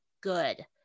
good